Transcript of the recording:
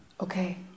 Okay